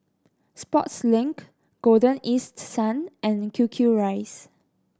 Sportslink Golden East Sun and Q Q Rice